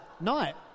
night